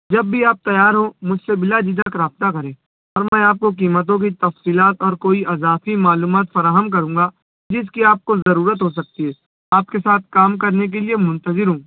جب بھی آپ تیار ہوں مجھ سے بِلا جھجھک رابطہ کریں اور میں آپ کو قیمتوں کی تفصیلات اور کوئی اضافی معلومات فراہم کروں گا جس کی آپ کو ضرورت ہو سکتی ہے آپ کے ساتھ کام کرنے کے لیے منتظر ہوں